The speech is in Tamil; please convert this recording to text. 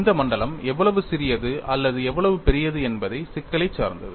இந்த மண்டலம் எவ்வளவு சிறியது அல்லது எவ்வளவு பெரியது என்பது சிக்கலைச் சார்ந்தது